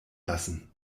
lassen